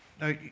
Now